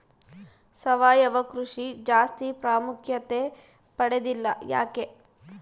ಸಾವಯವ ಕೃಷಿ ಜಾಸ್ತಿ ಪ್ರಾಮುಖ್ಯತೆ ಪಡೆದಿಲ್ಲ ಯಾಕೆ?